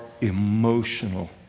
emotional